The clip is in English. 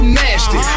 nasty